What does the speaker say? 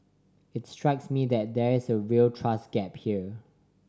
it strikes me that there's a real trust gap here